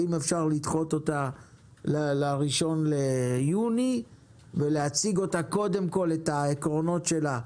אם אפשר לדחות אותה ל-1 ביוני וקודם להציג את העקרונות שלה,